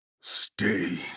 Stay